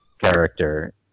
character